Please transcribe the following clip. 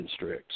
constricts